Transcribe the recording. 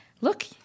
look